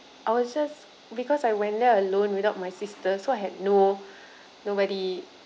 I was just because I went there alone without my sister so I had no nobody